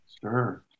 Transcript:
Sure